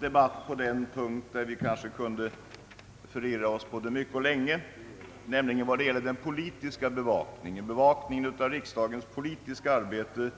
debatt på en punkt där vi kanske kunde förirra oss både mycket och länge, nämligen den som gäller den politiska bevakningen — bevakningen av riksdagens politiska arbete.